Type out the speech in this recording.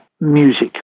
music